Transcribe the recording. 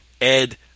Ed